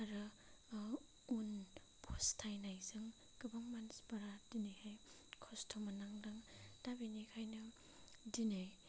आरो उन फस्थायनायजों गोबां मानसिफोरा दिनैहाय खस्थ' मोननांदों दा बिनिखायनो दिनै